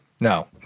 No